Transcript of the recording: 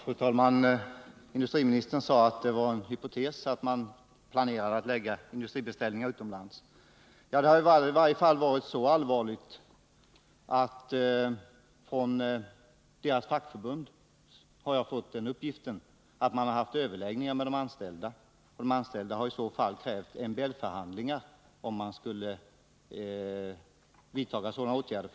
Fru talman! Industriministern sade att det var en hypotes att man planerade att lägga industribeställningar utomlands. Från det aktuella fackförbundet har jag fått uppgift om att det varit så allvarligt att man haft överläggningar med de anställda, som krävt MBL-förhandlingar om företaget skulle vidta sådana åtgärder.